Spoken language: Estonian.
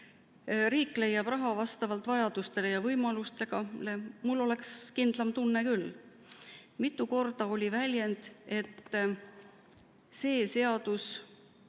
riik leiaks raha vastavalt vajadustele ja võimalustele. Mul oleks kindlam tunne küll. Mitu korda oli väljend, et see seaduseelnõu